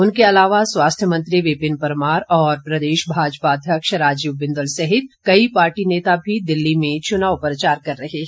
उनके अलावा स्वास्थ्य मंत्री विपिन परमार और प्रदेश भाजपा अध्यक्ष राजीव बिंदल सहित कई पार्टी नेता भी दिल्ली में चुनाव प्रचार कर रहे हैं